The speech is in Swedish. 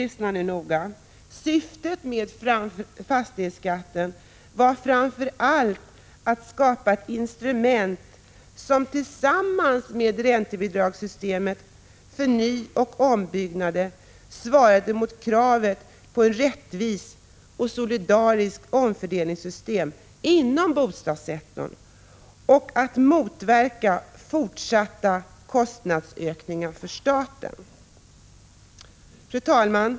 Syftet med fastighetsskatten var framför allt att skapa ett instrument, som tillsammans med räntebidragssystemet för nyoch ombyggnader svarade mot kravet på ett rättvist och solidariskt omfördelningssystem inom bostadssektorn, och att motverka fortsatta kostnadsökningar för staten. Fru talman!